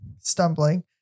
stumbling